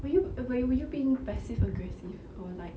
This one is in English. were you were you being passive aggressive or like